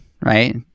right